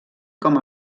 com